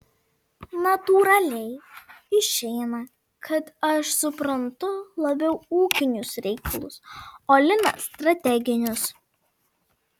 natūraliai išeina kad aš suprantu labiau ūkinius reikalus o linas strateginius